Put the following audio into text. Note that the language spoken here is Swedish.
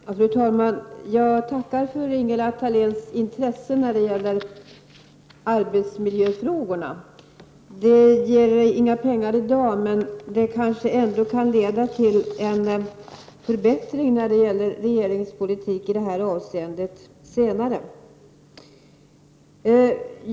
Fru talman! Jag tackar för Ingela Thaléns intresse när det gäller arbetsmiljöfrågorna. Det ger inga pengar i dag, men det kanske ändå kan leda till en förbättrad regeringspolitik i det avseendet senare.